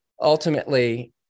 ultimately